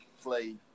play